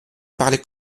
parlez